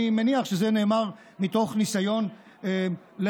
אני מניח שזה נאמר מתוך ניסיון ללקט,